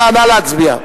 להצביע.